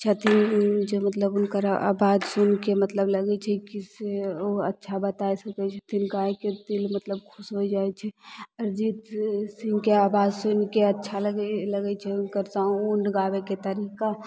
छथिन जे मतलब हुनकर आवाज सुनिके मतलब लागै छै कि से ओ अच्छा बतै सकै छथिन गाबिके दिल मतलब खुश होइ जाइ छै अरिजीत सिंहके आवाज सुनिके अच्छा लागै छै हुनकर साउण्ड गाबैके तरीका